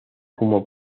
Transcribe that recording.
como